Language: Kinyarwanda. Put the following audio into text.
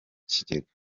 kigega